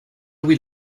louis